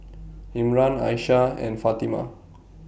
Imran Aisyah and Fatimah